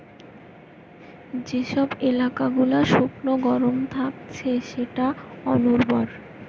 যে সব এলাকা গুলা শুকনো গরম থাকছে সেটা অনুর্বর